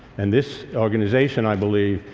and this organization, i believe,